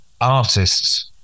artists